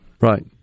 Right